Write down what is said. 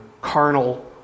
carnal